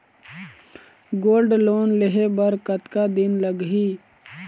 Gold loan लेहे बर कतका दिन लगही?